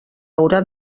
haurà